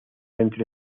entre